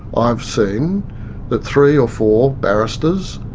i've seen that three or four barristers,